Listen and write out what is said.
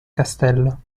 castello